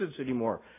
anymore